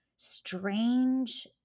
strange